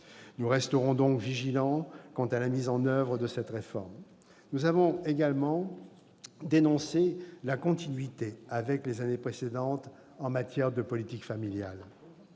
Nous resterons donc vigilants quant à la mise en oeuvre de cette réforme. Nous avons également dénoncé la continuité avec les années précédentes en matière de politique familiale.